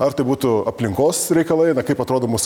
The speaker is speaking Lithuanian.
ar tai būtų aplinkos reikalai na kaip atrodo mūsų